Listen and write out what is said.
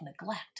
neglect